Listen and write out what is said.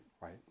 right